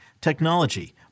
technology